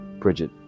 Bridget